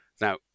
Now